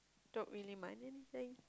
don't really mind anything